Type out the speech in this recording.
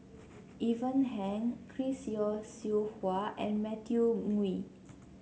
Ivan Heng Chris Yeo Siew Hua and Matthew Ngui